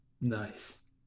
Nice